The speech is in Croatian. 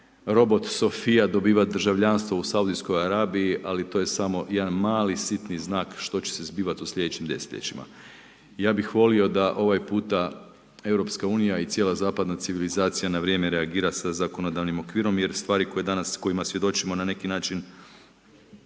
robot Sofia dobiva državljanstvo u Saudijskoj Arabiji ali to je samo jedan mali sitni znak što će se zbivati u slijedećim desetljećima. Ja bih volio da ovaj puta Europska unija i cijela zapadna civilizacija na vrijeme reagira sa zakonodavnim okvirom jer stvari koje danas, kojima svjedočimo na neki način